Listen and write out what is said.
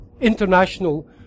international